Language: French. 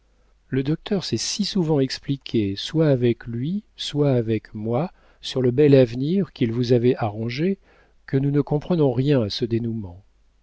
le docteur s'est si souvent expliqué soit avec lui soit avec moi sur le bel avenir qu'il vous avait arrangé que nous ne comprenons rien à ce dénoûment